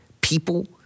people